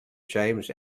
james